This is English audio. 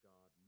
God